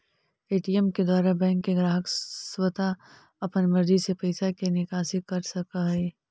ATM के द्वारा bank के ग्राहक स्वता अपन मर्जी से पैइसा के निकासी कर सकऽ हइ